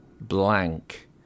blank